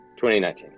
2019